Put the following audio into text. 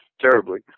terribly